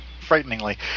frighteningly